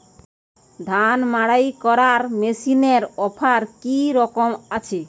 ধান মাড়াই করার মেশিনের অফার কী রকম আছে?